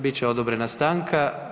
Bit će odobrena stanka.